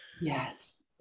Yes